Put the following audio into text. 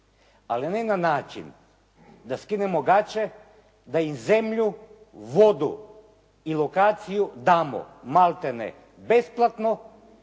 ali ne na način da skinemo gače da im zemlju, vodu i lokaciju damo maltene besplatno,